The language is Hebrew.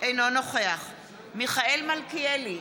אינו נוכח מיכאל מלכיאלי,